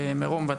מירום.